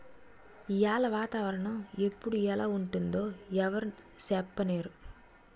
ఈయాల వాతావరణ ఎప్పుడు ఎలా ఉంటుందో ఎవరూ సెప్పనేరు